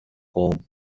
home